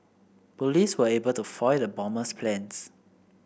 police were able to foil the bomber's plans